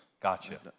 Gotcha